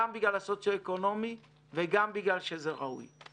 גם בגלל הסוציו-אקונומי וגם בגלל שזה ראוי.